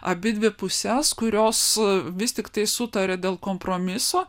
abidvi puses kurios vis tiktai sutarė dėl kompromiso